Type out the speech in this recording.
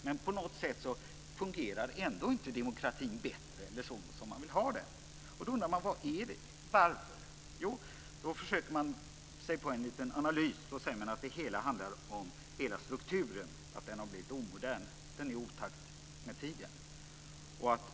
Men på något sätt fungerar demokratin ändå inte bättre eller så som man vill att den ska göra. Då undrar man varför. Man försöker sig på en liten analys. Man säger att det handlar om att strukturen har blivit omodern. Den är i otakt med tiden.